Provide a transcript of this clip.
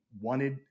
wanted